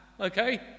okay